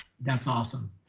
that's awesome.